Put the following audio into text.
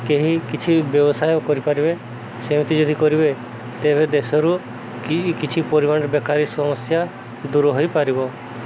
କେହି କିଛି ବ୍ୟବସାୟ କରିପାରିବେ ସେମିତି ଯଦି କରିବେ ତେବେ ଦେଶରୁ କିଛି ପରିମାଣରେ ବେକାରୀ ସମସ୍ୟା ଦୂର ହେଇପାରିବ